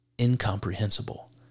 incomprehensible